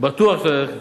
בטוח אתה יודע,